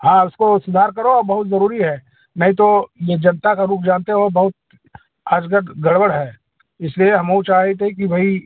हाँ उसको सुधार करो और बहुत ज़रूरी है नहीं तो ये जनता का रुख़ जानते हो बहुत आज कल गड़बड़ है इसलिए हमऊँ चाहते है कि भाई